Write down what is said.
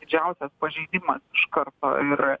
didžiausias pažeidimas iš karto im r